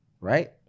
right